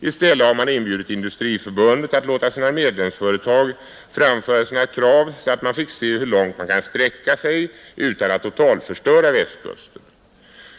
I stället har man inbjudit Industriförbundet att låta dess medlemsföretag framföra sina krav, så att man fick se hur långt man kan sträcka sig utan att totalförstöra Västkusten.